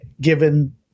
given